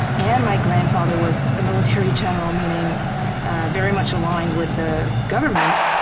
and my grandfather was a military general, meaning very much aligned with the government.